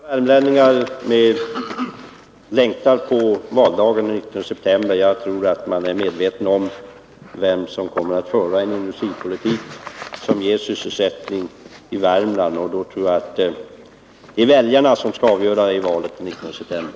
Herr talman! Jag tror att de flesta värmlänningar längtar efter valdagen den 19 september. Jag tror att man är medveten om vem som kommer att föra en industripolitik som ger sysselsättning i Värmland. Det är väljarna som skall avgöra detta i valet den 19 september.